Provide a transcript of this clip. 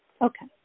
Okay